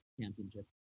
Championship